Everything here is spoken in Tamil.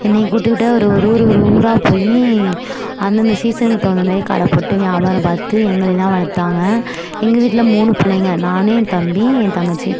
என்னையை கூப்பிட்டுக்கிட்டு அவர் ஒரு ஒரு ஒரு ஊராக போய் அந்தந்த சீசனுக்கு தகுந்த மாரி கடை போட்டு வியாபாரம் பார்த்து எங்களை எல்லாம் வளர்த்தாங்க எங்கள் வீட்டில மூணு பிள்ளைங்கள் நான் ஏன் தம்பி ஏன் தங்கச்சி